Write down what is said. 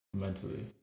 Mentally